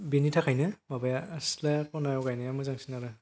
बेनि थाखायनो माबाया सिथला खनायाव गायनाया मोजांसिन आरो